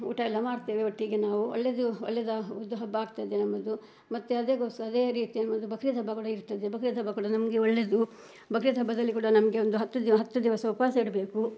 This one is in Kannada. ಊಟ ಎಲ್ಲ ಮಾಡ್ತೇವೆ ಒಟ್ಟಿಗೆ ನಾವು ಒಳ್ಳೇದು ಒಳ್ಳೇದು ಇದು ಹಬ್ಬ ಆಗ್ತದೆ ನಮ್ಮದು ಮತ್ತೆ ಅದೆಕೋಸ್ ಅದೇ ರೀತಿ ನಮ್ಮದು ಬಕ್ರೀದ್ ಹಬ್ಬ ಕೂಡ ಇರ್ತದೆ ಬಕ್ರೀದ್ ಹಬ್ಬ ಕೂಡ ನಮಗೆ ಒಳ್ಳೇದು ಬಕ್ರೀದ್ ಹಬ್ಬದಲ್ಲಿ ಕೂಡ ನಮಗೆ ಒಂದು ಹತ್ತು ದಿ ಹತ್ತು ದಿವಸ ಉಪವಾಸ ಇಡಬೇಕು